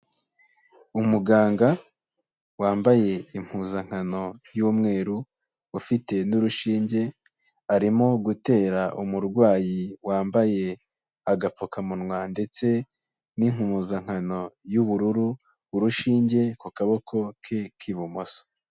Umuganga wambaye impuzankano y'umweru ufite n'urushinge, arimo gutera umurwayi wambaye agapfukamunwa ndetse n'impuzankano y'ubururu urushinge ku kaboko ke k'ibumoso.